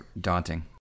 daunting